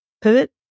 pivot